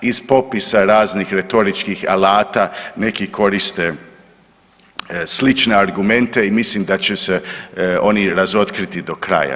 Iz popisa raznih retoričkih alata neki koriste slične argumente i mislim da će se oni razotkriti do kraja.